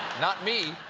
not me?